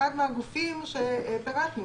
אחד מהגופים שפירטנו,